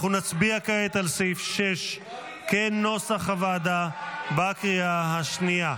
נצביע כעת על סעיף 6 כנוסח הוועדה, בקריאה השנייה.